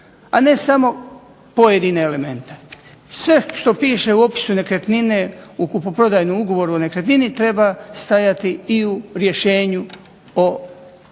A ne samo pojedine elemente. Sve što piše u opisu nekretnine u kupoprodajnom ugovoru o nekretnini treba stajati u rješenju o porezu.